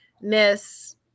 Miss